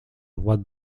what